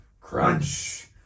crunch